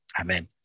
Amen